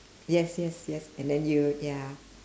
yes yes yes and then you ya